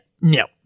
No